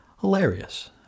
Hilarious